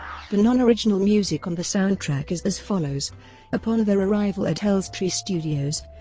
the non-original music on the soundtrack is as follows upon their arrival at elstree studios,